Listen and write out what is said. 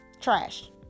trash